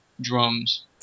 drums